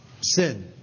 sin